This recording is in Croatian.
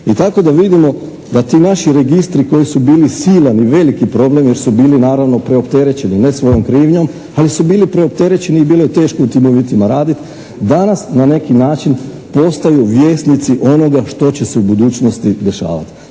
I tako da vidimo da ti naši registri koji su bili silan i veliki problem jer su bili naravno preopterećeni ne svojom krivnjom, ali su bili preopterećeni i bilo je teško u tim uvjetima raditi. Danas na neki način postaju vjesnici onoga što će se u budućnosti dešavati.